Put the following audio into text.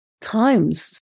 times